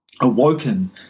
awoken